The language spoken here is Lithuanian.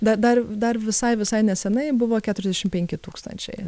da dar dar visai visai nesenai buvo keturiasdešim penki tūkstančiai